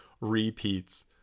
repeats